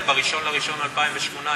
יכול להיות שהיינו יכולים לבטל ב-1 בינואר 2018,